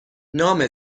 نام